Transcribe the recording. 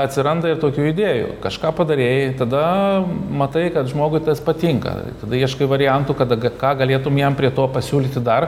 atsiranda ir tokių idėjų kažką padarei tada matai kad žmogui tas patinka ir tada ieškai variantų kada ką galėtum jam prie to pasiūlyti dar